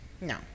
No